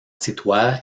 situada